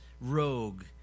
rogue